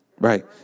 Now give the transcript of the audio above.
Right